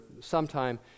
sometime